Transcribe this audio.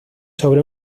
sobre